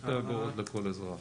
שתי אגורות לכל אזרח.